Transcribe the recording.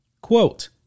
Quote